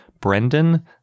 Brendan